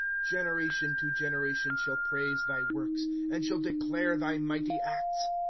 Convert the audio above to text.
generation to generation shall praise thy works, and shall declare thy mighty acta.